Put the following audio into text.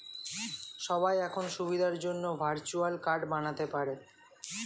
সবাই এখন সুবিধার জন্যে ভার্চুয়াল কার্ড বানাতে পারে